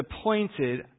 appointed